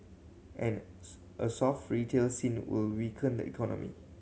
and a soft retail scene will weaken the economy